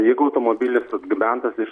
jeigu automobilis atgabentas iš